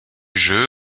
jeu